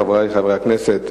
חברי חברי הכנסת,